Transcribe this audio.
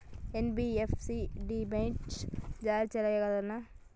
NBFC డిబెంచర్లు జారీ చేయగలదా?